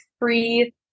free